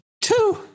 two